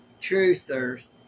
truthers